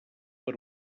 per